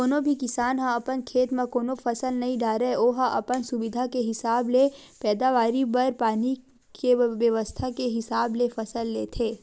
कोनो भी किसान ह अपन खेत म कोनो फसल नइ डारय ओहा अपन सुबिधा के हिसाब ले पैदावारी बर पानी के बेवस्था के हिसाब ले फसल लेथे